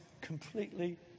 completely